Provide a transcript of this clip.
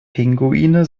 pinguine